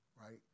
right